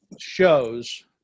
shows